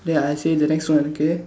ya I say the next one okay